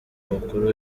mukuru